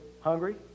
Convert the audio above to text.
hungry